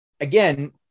again